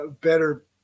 better